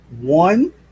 one